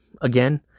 again